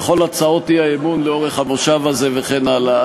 בכל הצעות האי-אמון לאורך המושב הזה וכן הלאה,